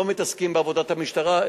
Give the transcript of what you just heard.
הם לא מתעסקים בעבודת המשטרה,